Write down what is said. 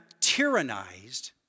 tyrannized